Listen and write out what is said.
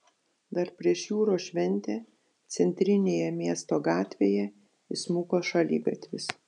dar prieš jūros šventę centrinėje miesto gatvėje įsmuko šaligatvis